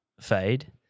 fade